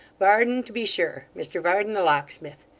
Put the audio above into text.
varden to be sure mr varden the locksmith.